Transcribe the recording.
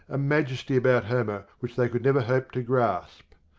a majesty about homer which they could never hope to grasp.